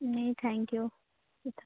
नहीं thank you